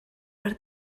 per